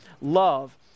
Love